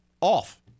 off